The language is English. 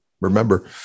remember